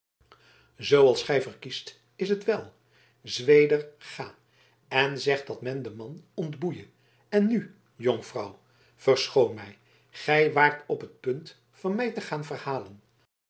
zooals gij verkiest is het wel zweder ga en zeg dat men den man ontboeie en nu jonkvrouw verschoon mij gij waart op het punt van mij te gaan verhalen